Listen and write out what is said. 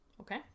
Okay